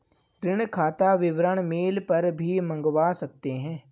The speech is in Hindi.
ऋण खाता विवरण मेल पर भी मंगवा सकते है